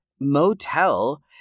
Motel